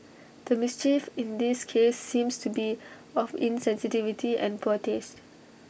the mischief in this case seems to be of insensitivity and poor taste